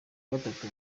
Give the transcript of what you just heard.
gatatu